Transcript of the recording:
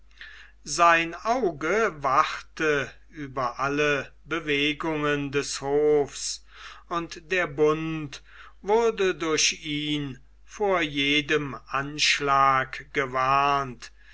sein auge wachte über alle bewegungen des hofs und der bund wurde durch ihn vor jedem anschlag gewarnt